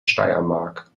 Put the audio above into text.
steiermark